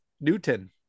Newton